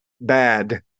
bad